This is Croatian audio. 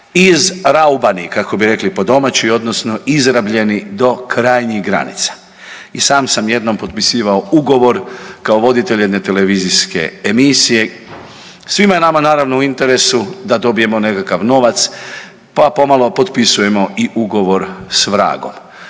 izraubani kako bi rekli po domaći odnosno izrabljeni do krajnjih granica. I sam sam jednom potpisivao ugovor kao voditelj jedne televizijske emisije, svima je nama naravno u interesu da dobijemo nekakav novac pa pomalo potpisujemo i ugovor s vragom